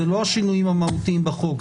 אלה לא השינויים המהותיים בחוק,